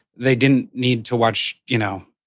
they didn't need to watch, you know,